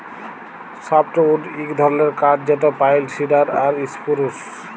softwood ইক ধরলের কাঠ যেট পাইল, সিডার আর ইসপুরুস